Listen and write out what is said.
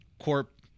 corp